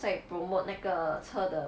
在 promote 那个车的